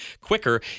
quicker